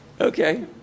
Okay